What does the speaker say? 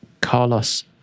Carlos